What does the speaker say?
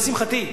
לשמחתי,